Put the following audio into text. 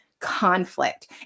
conflict